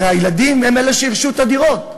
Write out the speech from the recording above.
הרי הילדים הם אלה שיירשו את הדירות,